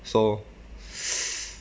so